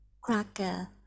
cracker